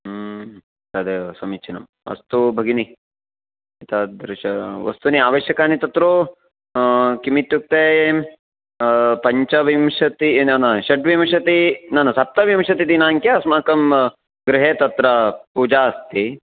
तदेव समीचीनम् अस्तु भगिनी एतादृश वस्तूनि आवश्यकानि तत्र किमित्युक्ते पञ्चविंशति न न षड्विंशति न न सप्तविंशतिदिनाङ्के अस्माकं गृहे तत्र पूजा अस्ति